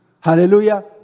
Hallelujah